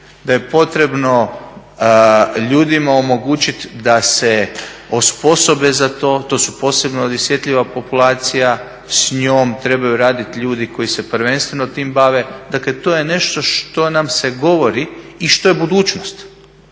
da je potrebno ljudima omogućiti da se osposobe za to, to je posebno osjetljiva populacija, s njom trebaju raditi ljudi koji se prvenstveno tim bave. Dakle, to je nešto što nam se govori i što je budućnost.